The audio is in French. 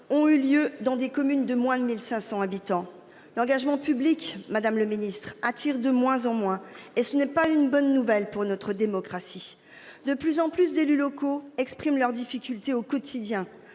ont eu lieu dans des communes de moins de 1500 habitants. L'engagement public Madame le Ministre attire de moins en moins et ce n'est pas une bonne nouvelle pour notre démocratie. De plus en plus d'élus locaux expriment leurs difficultés au quotidien